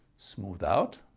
smooth out,